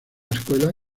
escuela